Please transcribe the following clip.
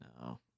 no